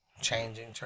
changing